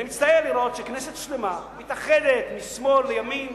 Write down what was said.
ואני מצטער לראות שכנסת שלמה מתאחדת משמאל לימין